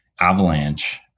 avalanche